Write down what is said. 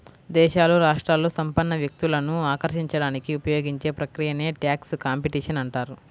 దేశాలు, రాష్ట్రాలు సంపన్న వ్యక్తులను ఆకర్షించడానికి ఉపయోగించే ప్రక్రియనే ట్యాక్స్ కాంపిటీషన్ అంటారు